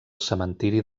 cementiri